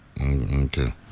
Okay